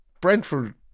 Brentford